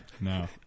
No